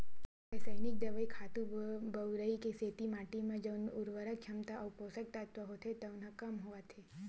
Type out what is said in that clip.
रसइनिक दवई, खातू बउरई के सेती माटी म जउन उरवरक छमता अउ पोसक तत्व होथे तउन ह कम होवत हे